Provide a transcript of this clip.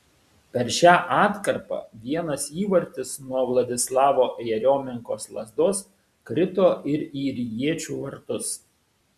per šią atkarpą vienas įvartis nuo vladislavo jeriomenkos lazdos krito ir į rygiečių vartus